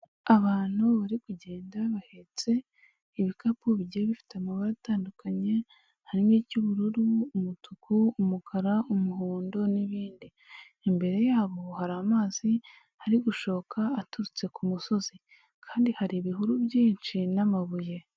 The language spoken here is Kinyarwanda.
Abantu bari kugenda bahetse ibikapu bigiye bifite amabara atandukanye harimo icy'ubururu, umutuku, umukara umuhondo n'ibindi, imbere yabo hari amazi ari gushoka aturutse ku musozi kandi hari ibihuru byinshi n'amabuye.